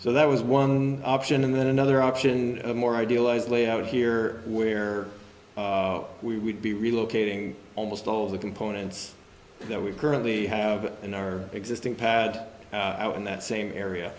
o that was one option and then another option more idealized layout here where we would be relocating almost all of the components that we currently have in our existing pad in that same area